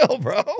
bro